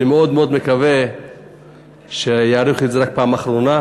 אני מאוד מאוד מקווה שיאריכו את זה פעם אחרונה,